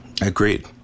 Agreed